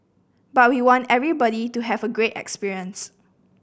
but we want everybody to have a great experience